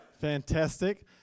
Fantastic